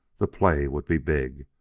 the play would be big,